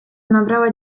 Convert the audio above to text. nabrała